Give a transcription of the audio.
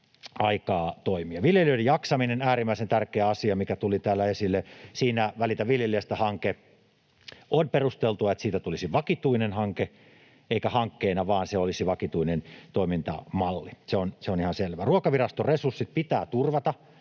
Viljelijöiden jaksaminen on äärimmäisen tärkeä asia, mikä tuli täällä esille. On perusteltua, että Välitä viljelijästä -hankkeesta tulisi vakituinen eikä hankkeena, vaan se olisi vakituinen toimintamalli. Se on ihan selvä. Ruokaviraston resurssit pitää turvata,